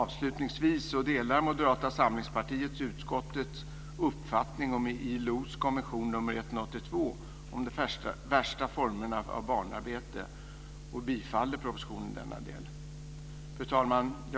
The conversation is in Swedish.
Avslutningsvis delar Moderata samlingspartiet utskottets uppfattning om ILO:s konvention nr 182 om de värsta formerna av barnarbete, och bifaller propositionen i denna del. Fru talman!